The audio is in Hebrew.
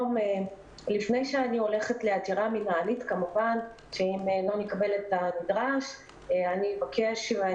לפני שאני הולכת לעתירה מנהלית כמובן אם לא נקבל את הנדרש אגיש